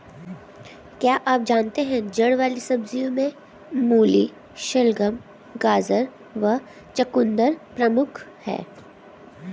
क्या आप जानते है जड़ वाली सब्जियों में मूली, शलगम, गाजर व चकुंदर प्रमुख है?